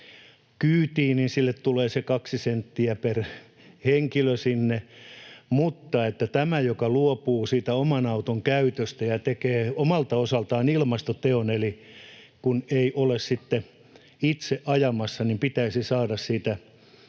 kyytii, tulee se 2 senttiä per henkilö sinne, mutta myös tälle, joka luopuu siitä oman auton käytöstä ja tekee omalta osaltaan ilmastoteon, kun ei ole sitten itse ajamassa, pitäisi saada siitä